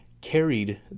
carried